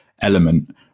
element